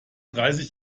dreißig